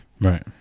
Right